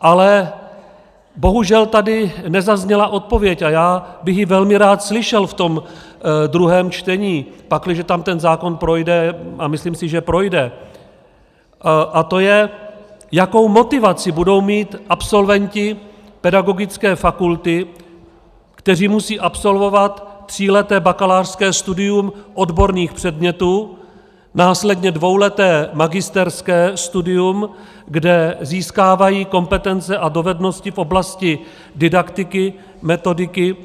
Ale bohužel tady nezazněla odpověď, a já bych ji velmi rád slyšel ve druhém čtením, pakliže tam ten zákon projde, a myslím si, že projde, a to je, jakou motivaci budou mít absolventi pedagogické fakulty, kteří musí absolvovat tříleté bakalářské studium odborných předmětů, následně dvouleté magisterské studium, kde získávají kompetence a dovednosti v oblasti didaktiky, metodiky,